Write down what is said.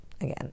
again